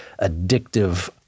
addictive